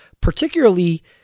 particularly